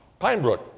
Pinebrook